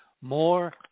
more